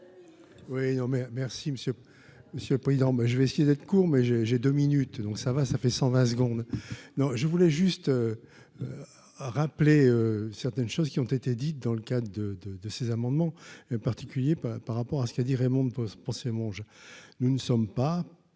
monsieur, monsieur le président, mais je vais essayer d'être court mais j'ai, j'ai 2 minutes, donc ça va, ça fait 120 secondes non, je voulais juste rappeler certaines choses qui ont été dites dans le cas de de de ces amendements particulier par par rapport à ce qu'a dit Raymond pose mon nous ne sommes pas